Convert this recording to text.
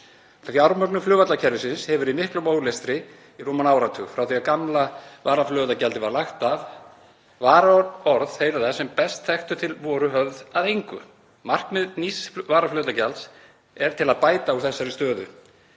bætt. Fjármögnun flugvallakerfisins hefur verið í miklum ólestri í rúman áratug, frá því að gamla varaflugvallagjaldið var lagt af. Varúðarorð þeirra sem best þekktu til voru höfð að engu. Markmið nýs varaflugvallagjalds er til að bæta úr þessari stöðu.